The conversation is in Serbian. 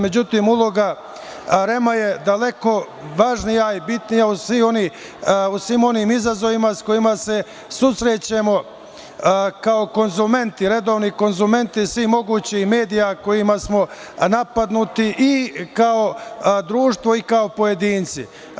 Međutim, uloga REM-a je daleko važnija i bitnija u svim onim izazovima sa kojima se susrećemo kao konzumenti, redovni konzumenti svih mogućih medijama kojima su napadnuti i kao društvo i kao pojedinci.